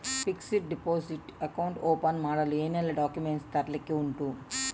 Fixed deposit account open ಮಾಡಲು ಏನೆಲ್ಲಾ documents ತರ್ಲಿಕ್ಕೆ ಉಂಟು?